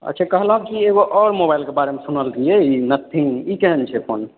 अच्छा कहलहुॅं की एगो आओर मोबाइलके बारेमे कहलहुॅं सुनलियै नथिङ्ग ई केहन छै फोन